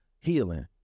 healing